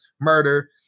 murder